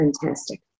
fantastic